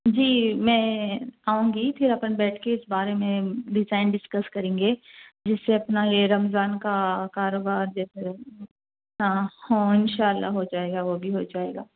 جی میں آؤں گی پھر اپن بیٹھ کے اس بارے میں ڈیزائن ڈسکس کریں گے جس سے اپنا یہ رمضان کا کاروبار جیسے ہاں ہوں ان شاء اللہ ہو جائے گا وہ بھی ہو جائے گا